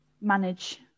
manage